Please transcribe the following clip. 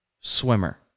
swimmer